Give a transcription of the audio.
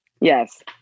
yes